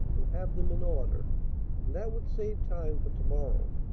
and have them in order and that would save time for to-morrow.